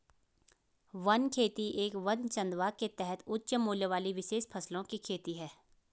one खेती एक वन चंदवा के तहत उच्च मूल्य वाली विशेष फसलों की खेती है